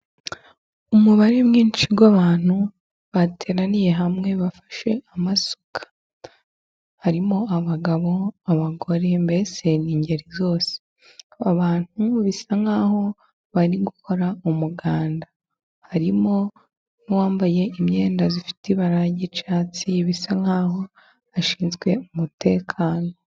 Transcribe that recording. Umubare mwinshi w'abantu bateraniye hamwe bafashe amasuka. Harimo abagabo, abagore mbese n'ingeri zose. Abantu bisa nk'aho bari gukora umuganda. Harimo n'uwambaye imyenda ifite ibara ry'icyatsi bisa nk'aho ashinzwe umutekano.